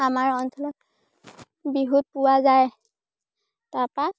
আমাৰ অঞ্চলত বিহুত পোৱা যায় তাৰপৰা